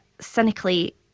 cynically